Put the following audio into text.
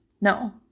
No